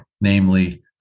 namely